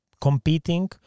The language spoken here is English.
competing